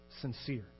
sincere